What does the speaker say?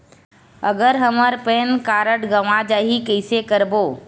अगर हमर PAN card गवां जाही कइसे करबो?